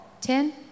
ten